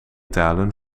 talen